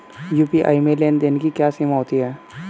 UPI में लेन देन की क्या सीमा होती है?